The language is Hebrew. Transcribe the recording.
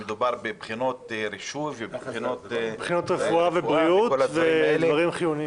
נאמר שמדובר בבחינות רישוי --- בחינות רפואה ובריאות ודברים חיוניים.